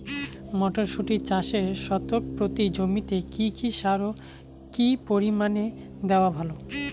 মটরশুটি চাষে শতক প্রতি জমিতে কী কী সার ও কী পরিমাণে দেওয়া ভালো?